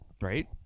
right